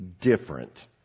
different